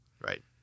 right